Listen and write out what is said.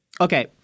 okay